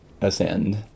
ascend